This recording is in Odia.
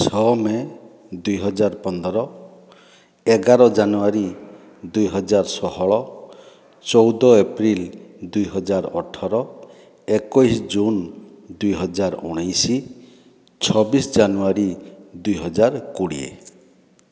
ଛଅ ମେ' ଦୁଇହଜାର ପନ୍ଦର ଏଗାର ଜାନୁଆରୀ ଦୁଇହଜାର ଷୋହଳ ଚଉଦ ଏପ୍ରିଲ୍ ଦୁଇହଜାର ଅଠର ଏକୋଇଶ ଜୁନ୍ ଦୁଇହଜାର ଉଣେଇଶ ଛବିଶ ଜାନୁଆରୀ ଦୁଇହଜାର କୋଡ଼ିଏ